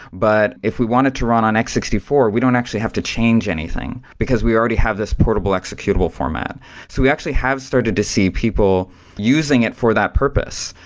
but if we want it to run on x six four, we don't actually have to change anything, because we already have this portable executable format. so we actually have started to see people using it for that purpose,